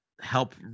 help